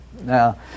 Now